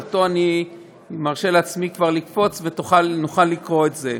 שעליו אני מרשה לעצמי כבר לקפוץ ונוכל לקרוא את זה.